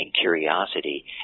curiosity